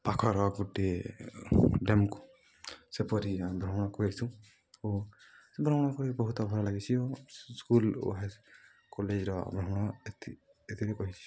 ପାଖର ଗୋଟେ ଡ୍ୟାମ୍କୁ ସେପରି ଆମେ ଭ୍ରମଣ କରିସୁ ଓ ଭ୍ରମଣ କରି ବହୁତ ଭଲ୍ ଲାଗ୍ସି ସ୍କୁଲ୍ ଓ ହ କଲେଜ୍ର ଭ୍ରମଣ ଏ ଏଥିରେ କହିସି